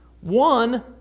One